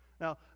Now